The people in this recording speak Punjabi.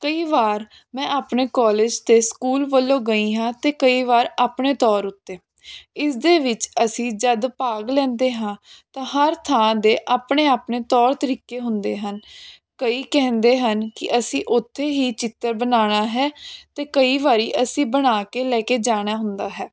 ਕਈ ਵਾਰ ਮੈਂ ਆਪਣੇ ਕਾਲਜ ਅਤੇ ਸਕੂਲ ਵੱਲੋਂ ਗਈ ਹਾਂ ਅਤੇ ਕਈ ਵਾਰ ਆਪਣੇ ਤੌਰ ਉੱਤੇ ਇਸਦੇ ਵਿੱਚ ਅਸੀਂ ਜਦ ਭਾਗ ਲੈਂਦੇ ਹਾਂ ਤਾਂ ਹਰ ਥਾਂ ਦੇ ਆਪਣੇ ਆਪਣੇ ਤੌਰ ਤਰੀਕੇ ਹੁੰਦੇ ਹਨ ਕਈ ਕਹਿੰਦੇ ਹਨ ਕਿ ਅਸੀਂ ਉੱਥੇ ਹੀ ਚਿੱਤਰ ਬਣਾਉਣਾ ਹੈ ਅਤੇ ਕਈ ਵਾਰ ਅਸੀਂ ਬਣਾ ਕੇ ਲੈ ਕੇ ਜਾਣਾ ਹੁੰਦਾ ਹੈ